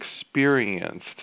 experienced